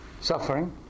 suffering